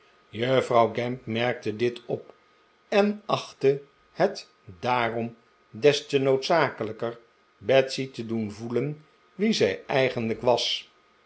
juffrouw gamp merkte dit op en achtte het daarom des te noodzakelijker betsy te doen voelen wie zij eigenlijk was